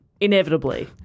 inevitably